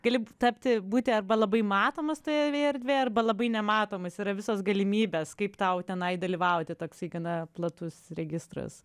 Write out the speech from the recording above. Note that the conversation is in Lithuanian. gali tapti būti arba labai matomas toje arba labai nematomas yra visas galimybes kaip tau tenai dalyvauti toksai gana platus registras